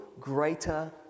greater